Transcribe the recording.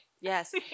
Yes